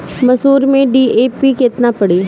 मसूर में डी.ए.पी केतना पड़ी?